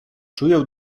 czuję